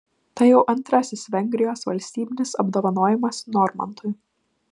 tai jau antrasis vengrijos valstybinis apdovanojimas normantui